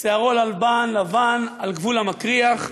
שערו לבן על גבול המקריח,